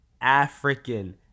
African